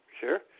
Sure